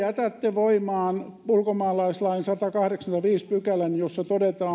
voimaan ulkomaalaislain sadannenkahdeksannenkymmenennenviidennen pykälän jossa